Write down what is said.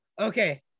Okay